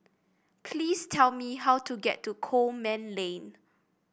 please tell me how to get to Coleman Lane